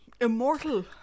immortal